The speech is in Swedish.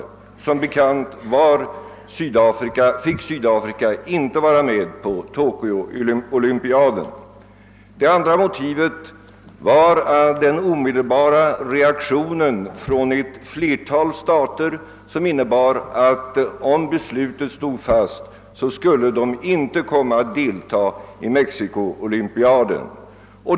Som bekant fick Sydafrika inte vara med på olympiaden i Tokyo. Det andra motivet var den omedelbara reaktionen från ett flertal stater, som innebar att om beslutet stod fast skulle de inte komma att delta i olympiaden i Mexiko.